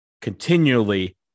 continually